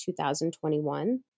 2021